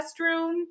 restroom